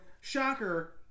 shocker